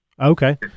Okay